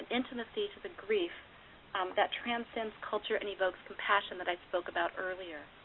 intimacy to the grief um that transcends culture and evokes compassion that i spoke about earlier.